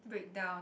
break down